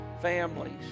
families